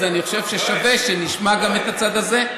אז אני חושב ששווה שנשמע גם את הצד הזה,